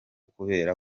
kubera